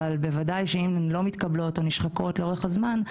אבל בוודאי שאם הן לא מתקבלות או אם הן נשחקות לאורך הזמן,